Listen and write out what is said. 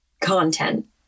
content